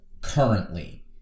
currently